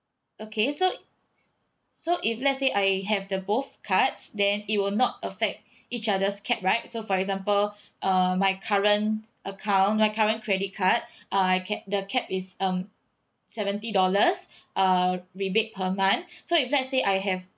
okay so so if let's say I have the both cards then it will not affect each other's cap right so for example uh my current account my current credit card uh I cap the cap is um seventy dollars uh rebate per month so if let's say I have